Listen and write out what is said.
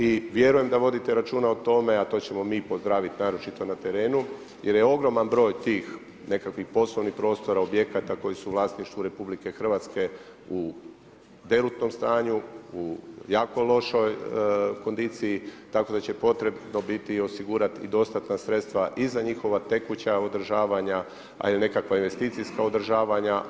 I vjerujem da vodite računa o tome, a to ćemo mi pozdraviti naročito na terenu jer je ogroman broj tih nekakvih poslovnih prostora, objekata koji su u vlasništvu RH u derutnom stanju, u jako lošoj kondiciji, tako da će potrebno biti i osigurati dostatna sredstva i za njihova tekuća održavanja, a i nekakva investicijska održavanja.